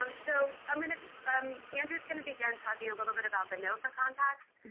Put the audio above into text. um so i mean ah um andrew's going to begin talking a little bit about the nofa contract.